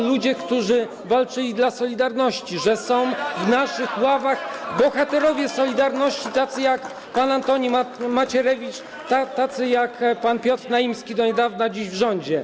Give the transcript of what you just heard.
są ludzie, którzy walczyli dla „Solidarności”, że są w naszych ławach bohaterowie „Solidarności”, tacy jak pan Antoni Macierewicz, jak pan Piotr Naimski, do niedawna tu, dziś w rządzie.